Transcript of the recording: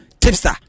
tipster